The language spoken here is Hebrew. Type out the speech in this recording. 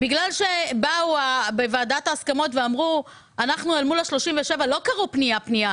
בגלל שבאו בוועדת ההסכמות ואל מול 37 הפניות לא קראו פנייה פנייה